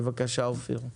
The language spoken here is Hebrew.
בבקשה אופיר.